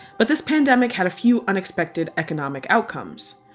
but this pandemic had a few unexpected economic outcomes.